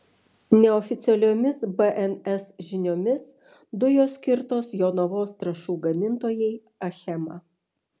neoficialiomis bns žiniomis dujos skirtos jonavos trąšų gamintojai achema